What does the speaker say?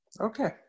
okay